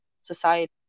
society